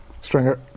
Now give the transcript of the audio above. Stringer